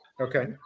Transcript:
Okay